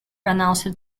announced